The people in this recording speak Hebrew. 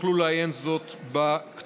תוכלו לעיין בכך בכתובים.